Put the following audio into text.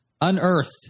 Unearthed